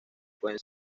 pueden